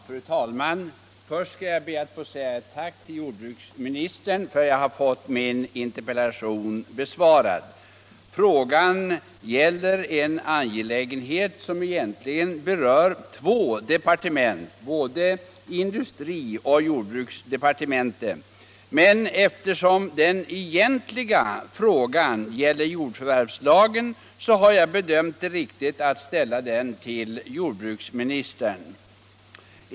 Fru talman! Först ber jag att få säga ett tack till jordbruksministern för att jag har fått min interpellation besvarad. Frågan gäller en angelägenhet som berör två departement, både industrioch jordbruksdepartementen. Men eftersom den egentliga frågan gäller jordförvärvslagen har jag bedömt det riktigt att ställa interpellationen till jordbruksministern.